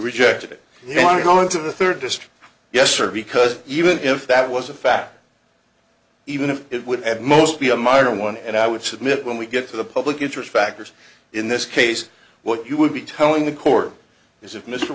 rejected it you want to go into the third district yes sir because even if that was a fact even if it would at most be a minor one and i would submit when we get to the public interest factors in this case what you would be telling the court is if mr